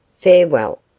Farewell